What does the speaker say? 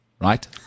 right